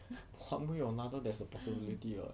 one way or another there's a possibility [what]